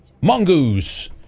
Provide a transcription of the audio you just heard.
Mongoose